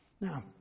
Now